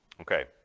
Okay